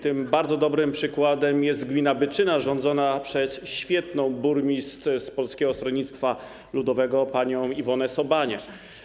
Tym bardzo dobrym przykładem jest gmina Byczyna rządzona przez świetną burmistrz z Polskiego Stronnictwa Ludowego panią Iwonę Sobanię.